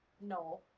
no